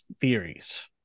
theories